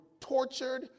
tortured